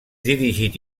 dirigit